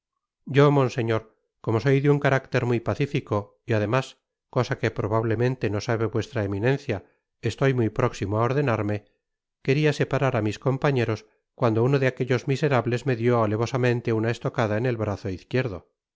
yo monseñor como soy de un carácter muy pacífico y además cosa que probablemente no sabe vuestra eminencia estoy muy próximo á ordenarme queria separar á mis compañeros cuando uno de aquellos miserables me dió alevosamente una estocada en el brazo izquierdo